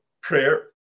prayer